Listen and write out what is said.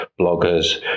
bloggers